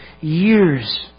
years